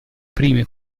prime